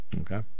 okay